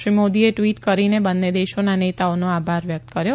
શ્રી મોદીએ ટ્વીટ કરીને બંને દેશોના નેતાઓનો આભાર વ્યક્ત કર્યો